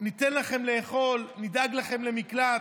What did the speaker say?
ניתן לכם לאכול, נדאג לכם למקלט.